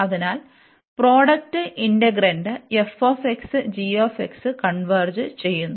അതിനാൽ product integrand f g converge ചെയ്യുന്നു